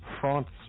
France